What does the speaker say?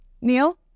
Neil